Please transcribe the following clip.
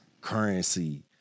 Currency